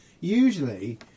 usually